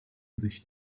sich